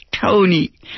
Tony